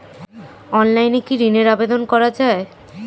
অনলাইনে কি ঋণের আবেদন করা যায়?